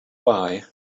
why